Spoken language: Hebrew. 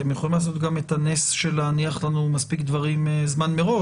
אתן יכולות גם לעשות את הנס של להניח לנו מספיק דברים זמן מראש.